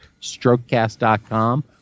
StrokeCast.com